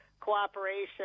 cooperation